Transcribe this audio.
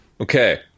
Okay